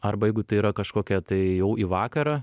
arba jeigu tai yra kažkokia tai jau į vakarą